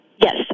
Yes